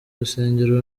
urusengero